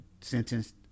sentenced